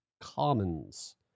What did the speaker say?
Commons